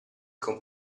con